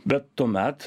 bet tuomet